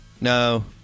no